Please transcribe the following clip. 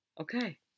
Okay